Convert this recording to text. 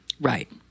Right